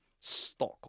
stock